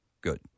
Good